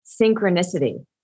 synchronicity